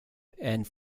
and